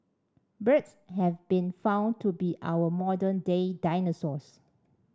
birds have been found to be our modern day dinosaurs